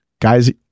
Guys